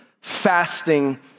fasting